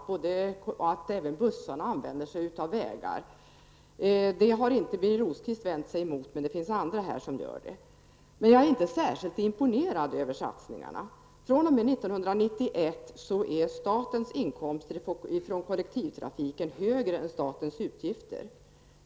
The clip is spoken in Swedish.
Även bussar använder sig av vägar. Birger Rosqvist har inte vänt sig mot det, men andra har gjort det. Jag är inte särskilt imponerad över satsningarna. fr.o.m. 1991 är statens inkomster från kollektivtrafiken högre än statens utgifter.